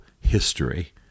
history